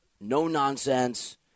No-nonsense